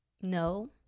No